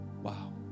Wow